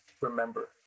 remember